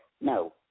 No